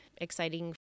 exciting